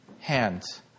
hands